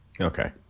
Okay